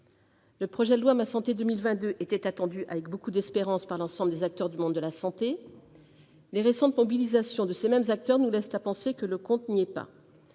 La stratégie « Ma santé 2022 » était attendue avec beaucoup d'espérance par l'ensemble des acteurs du monde de la santé. Les récentes mobilisations de ces mêmes acteurs nous laissent à penser que le compte n'y est pas.